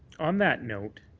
on that note,